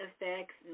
effects